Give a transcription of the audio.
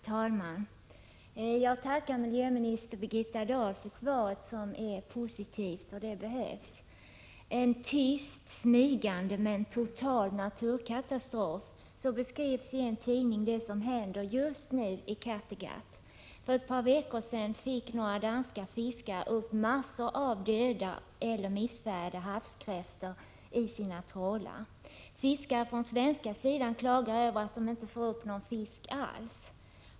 Fru talman! Jag tackar miljöminister Birgitta Dahl för svaret, som är positivt, och det kan behövas. En tyst smygande men total naturkatastrof, ja, så beskriver man i en tidning det som just nu händer i Kattegatt. För ett par veckor sedan fick några danska fiskare upp en mängd döda eller missfärgade havskräftor i sina trålar. Fiskare på svenska sidan klagade över att de inte får upp någon fisk alls.